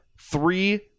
Three